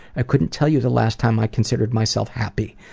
i couldn't tell you the last time i considered myself happy.